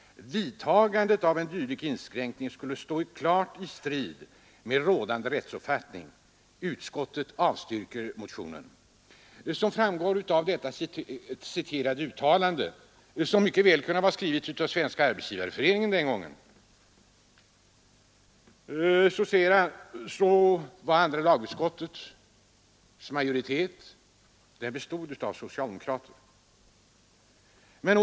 Vidtagandet av en dylik inskränkning skulle stå klart i strid med rådande rättsuppfatt Som framgår av det citerade uttalandet kunde det mycket väl ha varit skrivet av Svenska arbetsgivareföreningen. I andra lagutskottet var det dock socialdemokratisk majoritet.